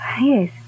Yes